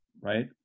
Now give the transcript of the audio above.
Right